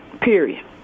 period